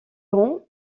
grands